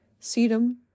sedum